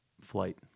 flight